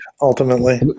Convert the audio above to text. ultimately